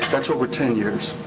that's over ten years.